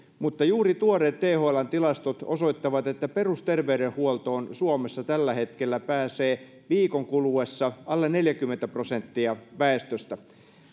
mutta juuri tuoreet thln tilastot osoittavat että perusterveydenhuoltoon suomessa tällä hetkellä pääsee viikon kuluessa alle neljäkymmentä prosenttia väestöstä